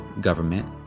government